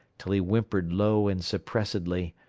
till he whimpered low and suppressedly,